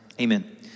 Amen